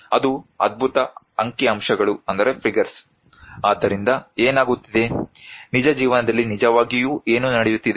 ಅದು ಅದ್ಭುತ ಅಂಕಿ ಅಂಶಗಳು ಆದ್ದರಿಂದ ಏನಾಗುತ್ತಿದೆ ನಿಜ ಜೀವನದಲ್ಲಿ ನಿಜವಾಗಿಯೂ ಏನು ನಡೆಯುತ್ತಿದೆ